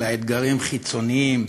אלא אתגרים חיצוניים.